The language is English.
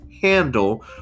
handle